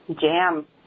jam